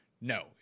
no